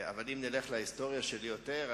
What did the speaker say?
אבל אם נלך להיסטוריה שלי יותר,